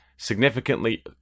significantly